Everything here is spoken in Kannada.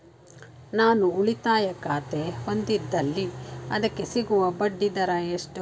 ನಾನು ಉಳಿತಾಯ ಖಾತೆ ಹೊಂದಿದ್ದಲ್ಲಿ ಅದಕ್ಕೆ ಸಿಗುವ ಬಡ್ಡಿ ದರ ಎಷ್ಟು?